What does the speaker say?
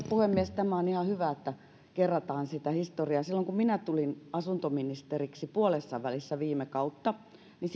puhemies tämä on ihan hyvä että kerrataan sitä historiaa silloin kun minä tulin asuntoministeriksi puolessavälissä viime kautta niin